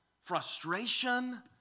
frustration